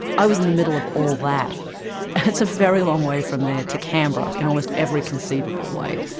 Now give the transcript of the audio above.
i was in the middle of all that. and it's a very long way from there to canberra, in almost every conceivable way.